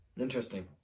interesting